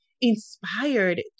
inspired